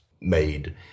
made